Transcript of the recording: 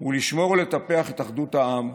הוא לשמור ולטפח את אחדות העם,